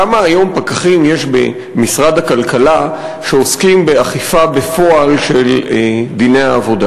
כמה פקחים יש היום במשרד הכלכלה שעוסקים באכיפה בפועל של דיני העבודה?